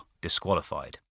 disqualified